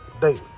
daily